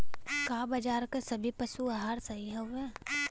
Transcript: का बाजार क सभी पशु आहार सही हवें?